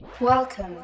Welcome